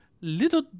little